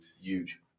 Huge